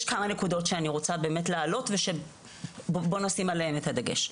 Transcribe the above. יש כמה נקודות שאני באמת להעלות ובואו נשים עליהן את הדגש.